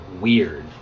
weird